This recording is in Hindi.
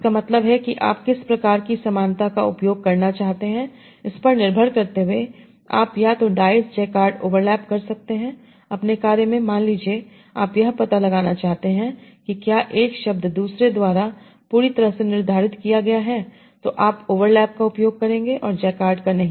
इसका मतलब है कि आप किस प्रकार की समानता का उपयोग करना चाहते हैं इस पर निर्भर करते हुए आप या तो डाइस जैकार्ड ओवरलैप कर सकते हैं अपने कार्य में मान लीजिए आप यह पता लगाना चाहते हैं कि क्या 1 शब्द दूसरे द्वारा पूरी तरह से निर्धारित किया गया है तो आप ओवरलैप का उपयोग करेंगे और जैकार्ड नहीं